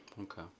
Okay